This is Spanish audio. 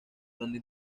donde